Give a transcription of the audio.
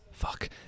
fuck